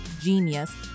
genius